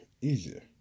easier